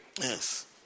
Yes